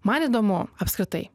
man įdomu apskritai